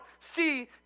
see